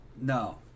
No